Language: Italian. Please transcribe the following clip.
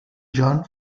john